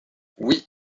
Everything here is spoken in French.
oui